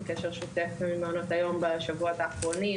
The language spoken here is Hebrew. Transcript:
אנחנו בקשר שוטף גם עם מעונות היום בשבועות האחרונים,